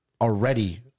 already